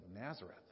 Nazareth